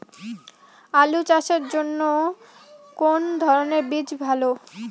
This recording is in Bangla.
আলু চাষের জন্য কোন ধরণের বীজ ভালো?